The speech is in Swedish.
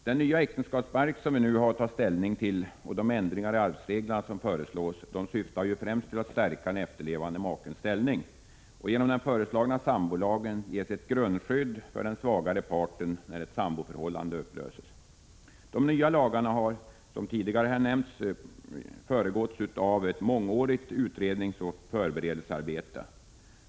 Den nya äktenskapsbalk som vi nu har att ta ställning till och de ändringar i arvsreglerna som föreslås syftar främst till att stärka den efterlevande makens ställning. Genom den föreslagna sambolagen ges ett grundskydd för den svagare parten när ett samboförhållande upplöses. De nya lagarna har, som här tidigare nämnts, föregåtts av ett mångårigt utredningsoch förberedelsearbete.